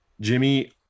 Jimmy